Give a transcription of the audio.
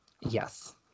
Yes